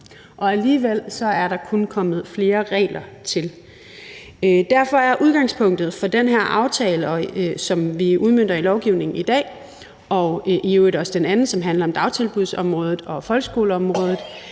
og alligevel er der kun kommet flere regler til. Derfor er udgangspunktet for den her aftale, som vi udmønter i lovgivningen i dag, og i øvrigt også den anden, som handler om dagtilbudsområdet og folkeskoleområdet,